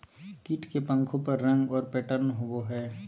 कीट के पंखों पर रंग और पैटर्न होबो हइ